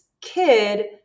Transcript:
kid